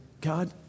God